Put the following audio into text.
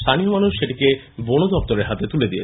স্থানীয় মানুষ এটিকে বনদপ্তরের হাতে তুলে দেন